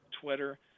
Twitter